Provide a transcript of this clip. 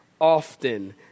often